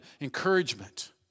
encouragement